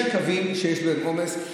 יש קווים שיש בהם עומס.